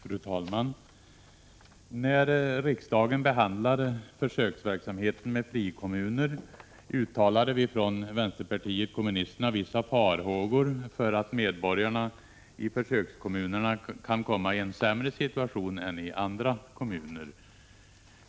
Fru talman! När riksdagen behandlade försöksverksamheten med frikommuner, uttalade vi från vänsterpartiet kommunisterna vissa farhågor för att medborgarna i försökskommunerna kan komma i en sämre situation än medborgarna i andra kommuner.